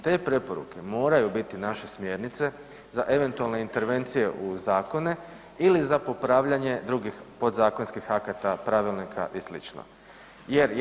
Te preporuke moraju biti naše smjernice za eventualne intervencije u zakone ili za popravljanje drugih podzakonskih akata, pravilnika i slično.